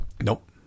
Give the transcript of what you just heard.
Nope